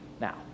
now